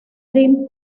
dream